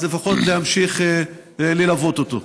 אז לפחות להמשיך ללוות אותו.